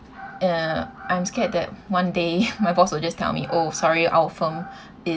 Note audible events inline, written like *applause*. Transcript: uh I'm scared that *breath* one day *laughs* my boss will just tell me oh sorry our firm *breath* is